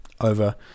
over